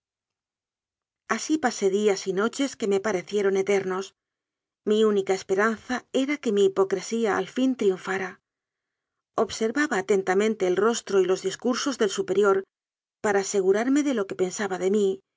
así pasé días y noches que me parecieron eterpos mi única esperanza era que mi hipocresía al fin triunfara observaba atentamente el ros tro y los discursos del superior para asegurarme de lo que pensaba de mí